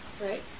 right